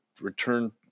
return